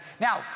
Now